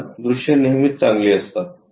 किमान दृश्ये नेहमीच चांगली असतात